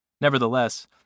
Nevertheless